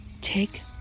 take